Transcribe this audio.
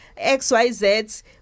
XYZ